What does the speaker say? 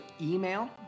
email